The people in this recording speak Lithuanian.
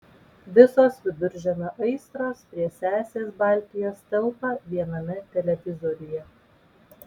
visos viduržemio aistros prie sesės baltijos telpa viename televizoriuje